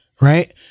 right